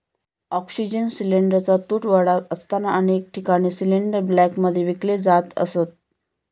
oxygen सिलिंडरचा तुटवडा असताना अनेक ठिकाणी सिलिंडर ब्लॅकमध्ये विकले जात असत